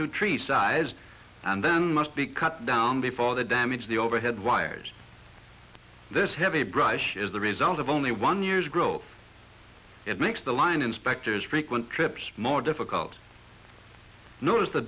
to tree size and then must be cut down before the damage the overhead wires this heavy brush is the result of only one year's growth it makes the line inspector's frequent trips more difficult notice the